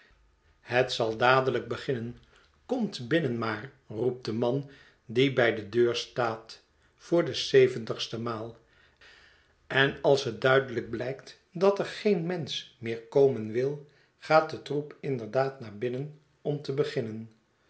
het zal dadelijk beginnen komt binnen maar roept de man die bij de deur staat voor de zeventigste maal en als het duidelijk blijkt dat er geen mensch meer komen wil gaat de troep inderdaad naar binnen om te beginnen